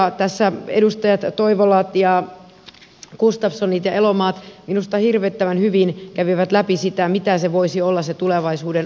tässä edustajat toivola ja gustafsson ja elomaa minusta hirvittävän hyvin kävivät läpi sitä mitä voisi olla se tulevaisuuden oppiminen